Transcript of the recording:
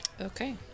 Okay